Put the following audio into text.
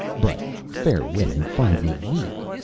but fair women find me weak.